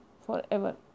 forever